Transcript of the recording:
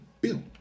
Bill